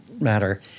matter